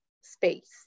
space